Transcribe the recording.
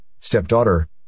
stepdaughter